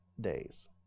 days